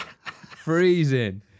freezing